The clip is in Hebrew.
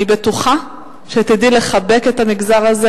אני בטוחה שתדעי לחבק את המגזר הזה,